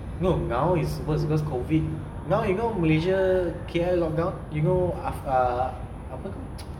no now it's worse because of COVID now you know malaysia K_L lockdown you know af~ ah ape tu